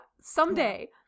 Someday